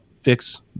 fix